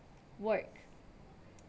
work